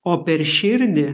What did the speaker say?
o per širdį